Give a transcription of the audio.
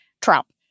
Trump